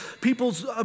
people's